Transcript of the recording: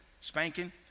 Spanking